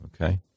Okay